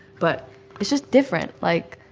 but it's just different. like,